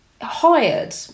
hired